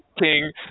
King